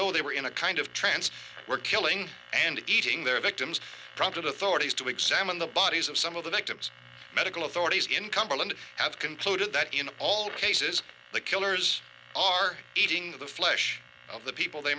though they were in a kind of trance were killing and eating their victims prompted authorities to examine the bodies of some of the victims medical authorities in cumberland have concluded that in all cases the killers are eating the flesh of the people they